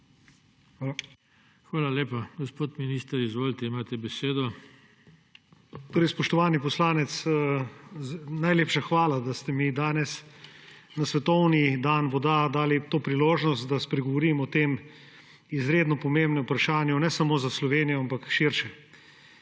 Hvala lepa. Gospod minister, izvolite, imate besedo. **MAG. ANDREJ VIZJAK:** Spoštovani poslanec, najlepša hvala, da ste mi danes na svetovni dan voda dali to priložnost, da spregovorim o tem izredno pomembnem vprašanju ne samo za Slovenijo, ampak širše.